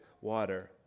water